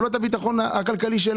או לא רוצים את הביטחון הכלכלי שלהם,